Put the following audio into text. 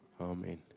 Amen